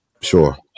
Sure